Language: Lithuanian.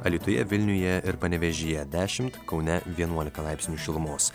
alytuje vilniuje ir panevėžyje dešimt kaune vienuolika laipsnių šilumos